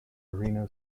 marino